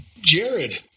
Jared